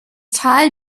tal